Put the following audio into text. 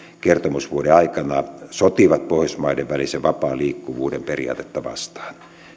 kertomusvuoden aikana sotivat pohjoismaiden välisen vapaan liikkuvuuden periaatetta vastaan